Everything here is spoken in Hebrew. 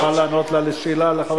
אתה מוכן לענות לה לשאלה לחברת הכנסת,